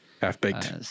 Half-baked